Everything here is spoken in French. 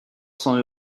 cents